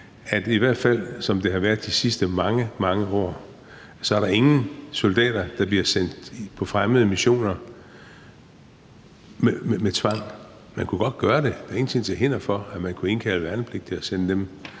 at i hvert fald som det har været de sidste mange, mange år, er der ingen soldater, der bliver sendt på missioner fremmede steder med tvang? Man kunne godt gøre det. Der er ingenting til hinder for, at man kunne indkalde værnepligtige og sende dem